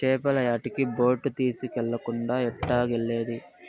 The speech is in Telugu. చేపల యాటకి బోటు తీస్కెళ్ళకుండా ఎట్టాగెల్లేది